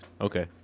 okay